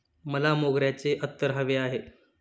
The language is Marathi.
मला मोगऱ्याचे अत्तर हवे आहे